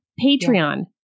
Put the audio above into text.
patreon